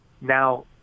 Now